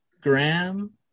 Graham